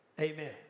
Amen